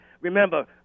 Remember